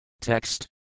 Text